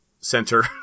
center